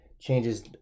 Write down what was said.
Changes